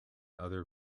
other